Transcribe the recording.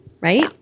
right